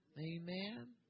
amen